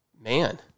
Man